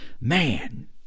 Man